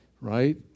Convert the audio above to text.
right